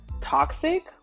toxic